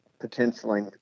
potentially